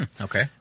Okay